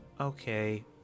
Okay